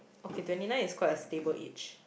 okay twenty nine is quite a stable age